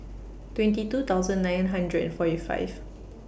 twenty two thousand nine hundred and forty five